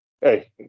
Hey